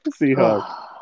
Seahawks